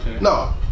No